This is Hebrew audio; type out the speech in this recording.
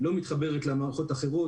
לא מתחברת למערכות אחרות,